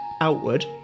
outward